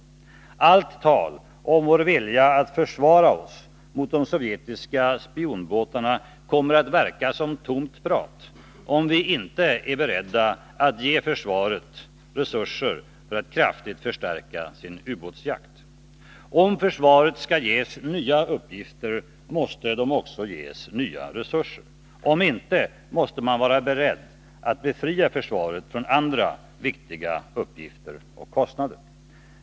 Allt tal om vår vilja att försvara oss mot de sovjetiska spionbåtarna kommer att verka som tomt prat, om vi inte är beredda att ge försvaret resurser för att kraftigt förstärka sin ubåtsjakt. Om försvaret skall ges nya uppgifter, måste det också ges nya resurser. Om inte, måste man vara beredd att befria försvaret från andra viktiga uppgifter och kostnader.